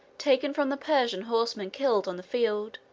taken from the persian horsemen killed on the field.